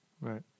Right